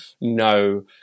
no